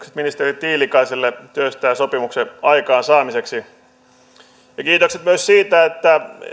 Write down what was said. ministeri tiilikaiselle työstään sopimuksen aikaansaamiseksi ja kiitokset myös siitä että